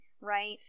right